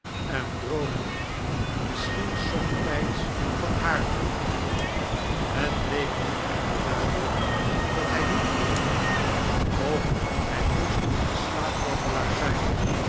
en droomde misschien somtijds van haar droomde het bleek nu echter duidelijk dat hij niet droomde of hij moest een slaapwandelaar zijn